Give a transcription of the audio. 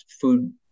food